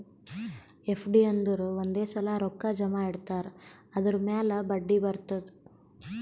FD ಅಂದುರ್ ಒಂದೇ ಸಲಾ ರೊಕ್ಕಾ ಜಮಾ ಇಡ್ತಾರ್ ಅದುರ್ ಮ್ಯಾಲ ಬಡ್ಡಿ ಬರ್ತುದ್